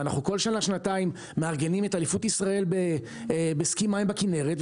וכל שנה-שנתיים אנחנו מארגנים את אליפות ישראל בסקי מים בכנרת,